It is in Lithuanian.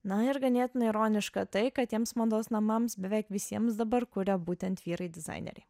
na ir ganėtinai ironiška tai kad tiems mados namams beveik visiems dabar kuria būtent vyrai dizaineriai